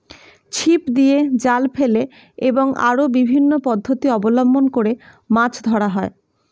ছিপ দিয়ে, জাল ফেলে এবং আরো বিভিন্ন পদ্ধতি অবলম্বন করে মাছ ধরা হয়